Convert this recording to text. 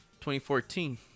2014